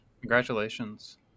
Congratulations